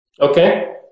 Okay